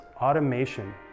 automation